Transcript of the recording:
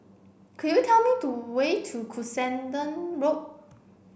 could you tell me do way to Cuscaden Road